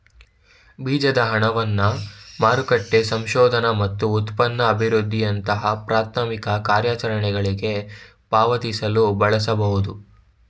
ಬೀಜದ ಹಣವನ್ನ ಮಾರುಕಟ್ಟೆ ಸಂಶೋಧನೆ ಮತ್ತು ಉತ್ಪನ್ನ ಅಭಿವೃದ್ಧಿಯಂತಹ ಪ್ರಾಥಮಿಕ ಕಾರ್ಯಾಚರಣೆಗಳ್ಗೆ ಪಾವತಿಸಲು ಬಳಸಬಹುದು